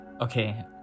Okay